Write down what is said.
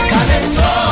Calypso